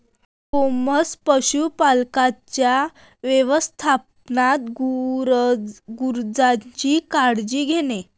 गोमांस पशुपालकांच्या व्यवस्थापनात गुरांची काळजी घेणे